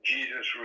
Jesus